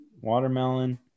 watermelon